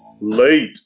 Late